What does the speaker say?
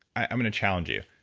i'm going to challenge you,